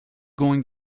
going